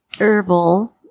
herbal